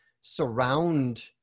surround